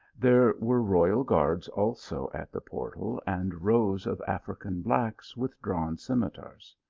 there were royal guards also at the portal, and rows of african blacks with drawn scimitars.